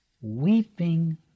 Weeping